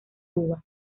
uvas